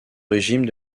régime